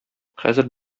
хәзер